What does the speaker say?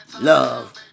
love